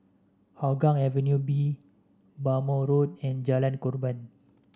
Hougang Avenue B Bhamo Road and Jalan Korban